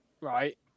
right